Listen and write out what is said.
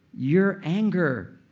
your anger.